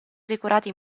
decorati